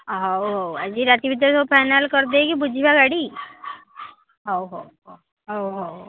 ହଉ ହଉ ଆଜିରାତି ଭିତରେ ସବୁ ଫାଇନାଲ୍ କରିଦେଇକି ବୁଝିବା ଗାଡ଼ି ହଉ ହଉ ହଉ ହଉ ହଉ